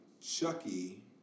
Chucky